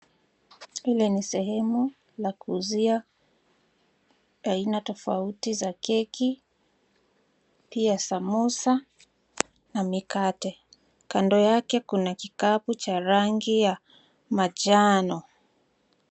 Ile ni sehemu la kuuzia aina tofauti za keki pia samosa na mikate. Kando yake kuna kikapu cha rangi ya manjano.